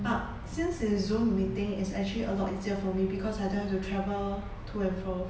but since it's zoom meeting is actually a lot easier for me because I don't have to travel to and fro